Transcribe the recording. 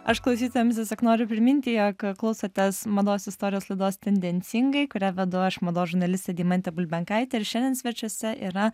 aš klausytojams tiesiog noriu priminti jog klausotės mados istorijos laidos tendencingai kurią vedu aš mados žurnalistė deimantė bulbenkaitė ir šiandien svečiuose yra